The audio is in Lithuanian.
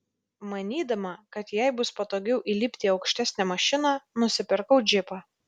manydama kad jai bus patogiau įlipti į aukštesnę mašiną nusipirkau džipą